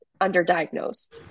underdiagnosed